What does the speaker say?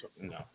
No